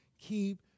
Keep